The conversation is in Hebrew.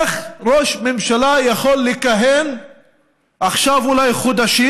איך ראש ממשלה יכול לכהן עכשיו אולי חודשים,